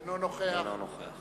אינו נוכח